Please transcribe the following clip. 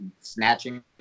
snatching